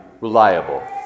reliable